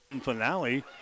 finale